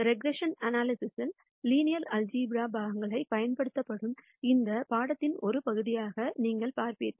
பின்னடைவு பகுப்பாய்வில் linear algebra பாகங்கள் பயன்படுத்தப்படும் இந்த பாடத்தின் ஒரு பகுதியாக நீங்கள் பார்ப்பீர்கள்